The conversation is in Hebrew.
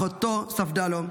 אחותו ספדה לו: